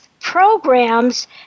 programs